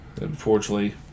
unfortunately